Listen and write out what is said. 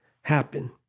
happen